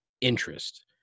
interest